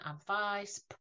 advice